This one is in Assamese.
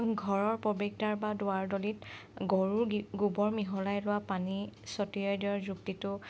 ঘৰৰ প্ৰৱেশদ্বাৰ বা দুৱাৰদলিত গৰুৰ গোবৰ মিহলাই লোৱা পানী চটীয়াই দিয়াৰ যুক্তিটো